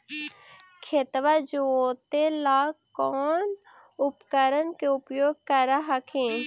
खेतबा जोते ला कौन उपकरण के उपयोग कर हखिन?